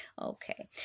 okay